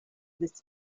this